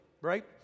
right